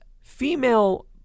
female